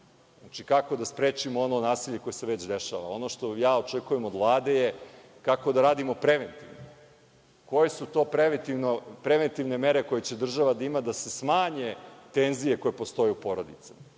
Znači kako da sprečimo ono nasilje koje se već dešava? Ono što očekujem od Vlade je kako da radimo prevent? Ko je su to preventivne mere koje će država da ima da se smanje tenzije koje postoje u porodici?